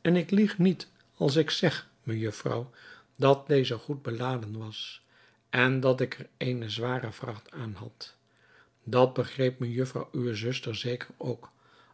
en ik lieg niet als ik zeg mejufvrouw dat deze goed beladen was en dat ik er eene zware vracht aan had dat begreep mejufvrouw uwe zuster zeker ook